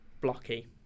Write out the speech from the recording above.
blocky